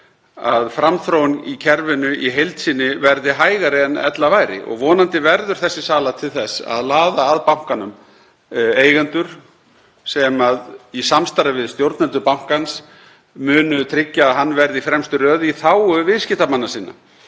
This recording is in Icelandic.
að framþróun í kerfinu í heild sinni verði hægari en ella væri. Vonandi verður þessi sala til þess að laða að bankanum eigendur sem í samstarfi við stjórnendur bankans munu tryggja að hann verði í fremstu röð í þágu viðskiptamanna sinna.